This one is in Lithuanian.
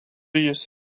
jis